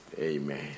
Amen